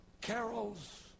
Carols